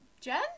Jen